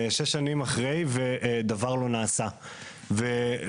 מתווה לפיו יקום נוהל לסייע ליצרנים בתוך 4 חודשים.